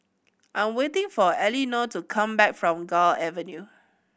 I'm waiting for Elinore to come back from Gul Avenue